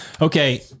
okay